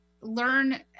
learn